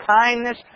kindness